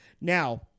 Now